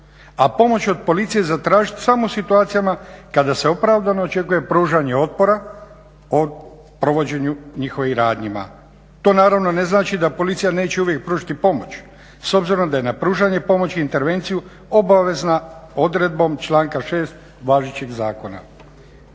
a pomoć od policije zatražiti samo u situacijama kada se opravdano očekuje pružanje otpora o provođenju njihovim radnjama. To naravno ne znači da policija neće uvijek pružiti pomoć s obzirom da je na pružanje pomoći i intervenciju obavezan odredbom članka 6.važećeg zakona.